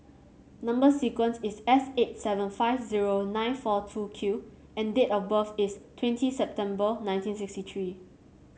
number sequence is S eight seven five zero nine four two Q and date of birth is twenty September nineteen sixty three